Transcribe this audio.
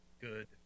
good